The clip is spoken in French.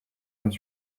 vingt